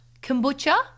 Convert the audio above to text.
kombucha